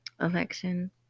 election